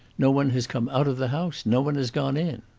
no one has come out of the house, no one has gone in.